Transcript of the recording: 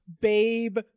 babe